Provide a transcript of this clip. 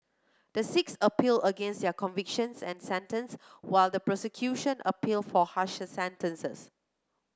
the six appeal against their convictions and sentence while the prosecution appeal for harsher sentences